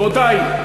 רבותי,